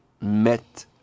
met